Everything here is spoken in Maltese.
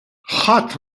ħadd